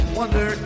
wonder